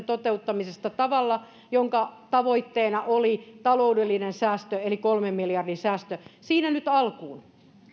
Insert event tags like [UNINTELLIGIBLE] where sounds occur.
[UNINTELLIGIBLE] toteuttamisesta tavalla jonka tavoitteena oli taloudellinen säästö eli kolmen miljardin säästö siinä nyt alkuun